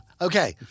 Okay